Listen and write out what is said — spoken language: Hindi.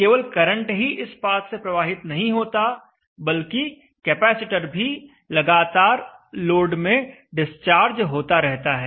केवल करंट ही इस पाथ से प्रवाहित नहीं होता बल्कि कैपेसिटर भी लगातार लोड में डिस्चार्ज होता रहता है